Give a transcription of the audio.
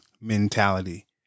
mentality